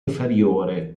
inferiore